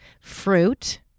fruit